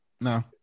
No